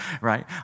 right